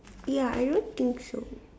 ya I don't think so